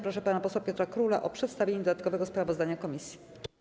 Proszę pana posła Piotra Króla o przedstawienie dodatkowego sprawozdania komisji.